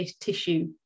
tissue